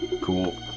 Cool